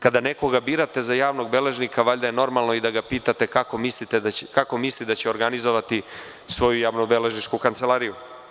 Kada nekoga birate za javnog beležnika, valjda je normalno i da ga pitate kako misli da će organizovati svoju javno-beležničku kancelariju.